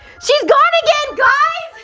she gone again, guys!